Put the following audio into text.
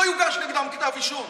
לא יוגש נגדם כתב אישום.